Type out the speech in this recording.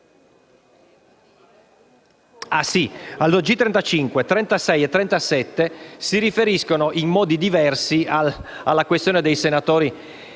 del giorno G35, G36 e G37 si riferiscono in modo diversi alla questione dei senatori